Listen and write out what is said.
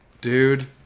Dude